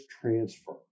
transfer